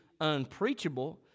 unpreachable